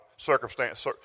circumstance